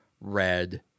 red